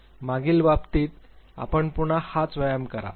मागील बाबतीत आम्ही पुन्हा हाच व्यायाम करा